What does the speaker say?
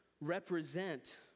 represent